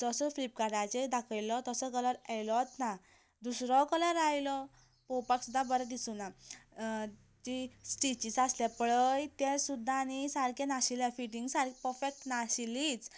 जसो फ्लिपकाटाचेर दाखयल्लो तसो कलर येयलोत ना दुसरो कलर आयलो पळोवपाक सुद्दां बरो दिसूं ना जी स्टिचीस आसले पळय ते सुद्दां न्ही सारके नाशिल्ले फिटींग सारकें पफेक्ट नाशिल्लीच